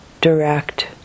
direct